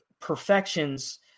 perfections